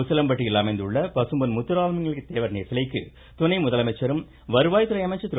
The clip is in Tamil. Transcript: உசிலம்பட்டியில் அமைந்துள்ள பசும்பொன் முத்துராமலிங்க தேவர் சிலைக்கு துணை முதலமைச்சரும் வருவாய்துறை அமைச்சர் திரு